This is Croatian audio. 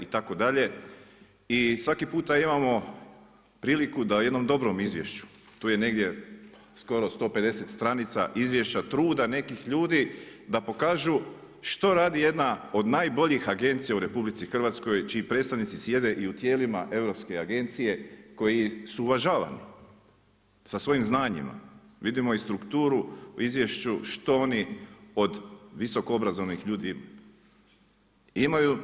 I svaki puta imamo priliku da u jednom dobrom izvješću, tu je negdje 159 str. izvješća truda nekih ljudi, da pokažu što radi jedna od najboljih agencija u RH, čiji predstavnici sjede i u tijelima europske agencije koji su uvažavani sa svoji znanjima, vidimo i strukturu u izvješću, što ono od visokoobrazovanih ljudi imaju.